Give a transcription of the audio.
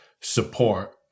support